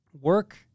work